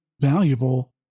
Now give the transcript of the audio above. valuable